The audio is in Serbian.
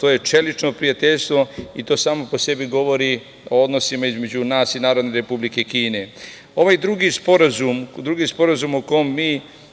to je čelično prijateljstvo, i to samo po sebi govori o odnosima između nas i Narodne Republike Kine. Drugi sporazum o kom mi